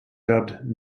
dubbed